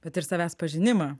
bet ir savęs pažinimą